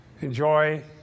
enjoy